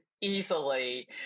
easily